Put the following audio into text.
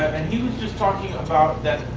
and he was just talking about that,